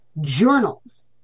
journals